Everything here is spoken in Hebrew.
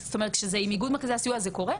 כשזה עם איגוד מרכזי הסיוע זה קורה,